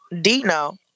Dino